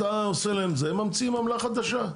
אתה עושה להם זה, הם ממציאים עמלה חדשה.